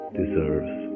deserves